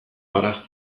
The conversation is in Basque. gara